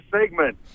segment